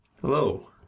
Hello